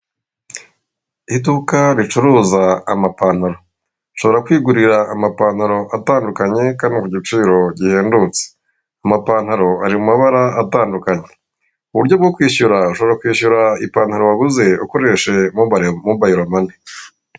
Iduka ricuruza amapantaro, nshobora kwigurira amapantaro atandukanye kandi ku giciro gihendutse, amapantaro ari mu mabara atandukanye. Uburyo bwo kwishyura, ushobora kwishyura ipantaro waguze ukoresheje mobayiro mani.